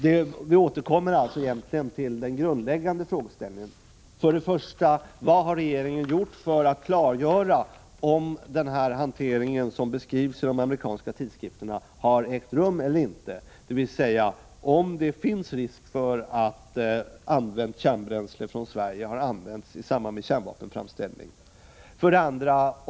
Här återkommer vi egentligen till de grundläggande frågorna: 1. Vad har regeringen gjort för att klargöra om den hantering som beskrivs i nämnda amerikanska tidskrifter har ägt rum eller inte, dvs. om det finns någon risk för att använt kärnbränsle från Sverige har använts i samband med kärnvapenframställning? 2.